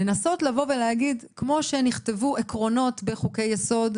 לנסות לבוא ולהגיד שכמו שנכתבו עקרונות בחוקי יסוד,